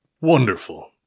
Wonderful